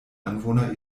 anwohner